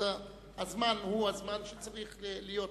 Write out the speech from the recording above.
זה הזמן שצריך להיות פה.